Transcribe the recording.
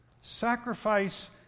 Sacrifice